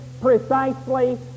precisely